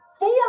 Four